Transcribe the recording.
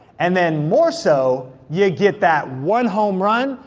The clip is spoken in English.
and then more so, you get that one home run,